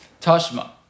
Tashma